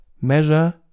Measure